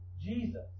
Jesus